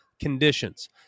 conditions